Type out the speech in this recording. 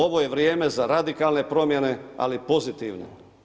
Ovo je vrijeme za radikalne promjene, ali pozitivne.